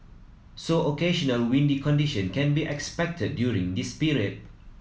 so occasional windy condition can be expected during this period